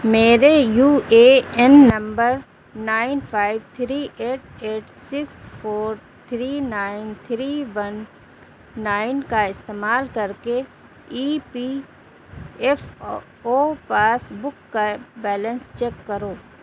میرے U A N number nine five three eight eight six four three nine three one nine کا استعمال کر کے E P F O passbook کا balance check کرو